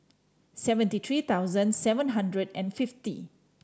seventy three thousand seven hundred and fifty